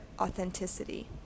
authenticity